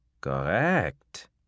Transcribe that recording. Correct